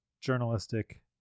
journalistic